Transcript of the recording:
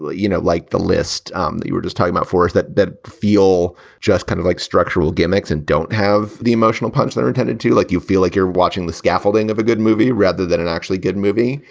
you know, like the list um that you were just talking about for us that that feel just kind of like structural gimmicks and don't have the emotional punch that are intended to like you feel like you're watching the scaffolding of a good movie rather than it actually good movie.